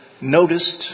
noticed